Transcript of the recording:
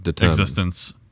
existence